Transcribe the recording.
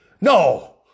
No